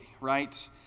right